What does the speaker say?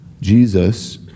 Jesus